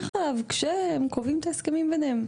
עליו כשהם קובעים את ההסכמים ביניהם,